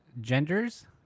genders